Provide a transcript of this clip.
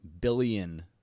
billion